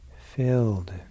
filled